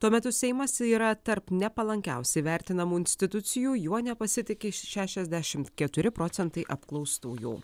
tuo metu seimas yra tarp nepalankiausiai vertinamų institucijų juo nepasitiki šešiasdešimt keturi procentai apklaustųjų